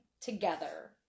together